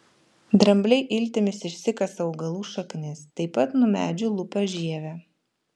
drambliai iltimis išsikasa augalų šaknis taip pat nuo medžių lupa žievę